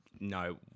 No